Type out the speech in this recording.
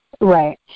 Right